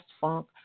funk